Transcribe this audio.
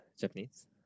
Japanese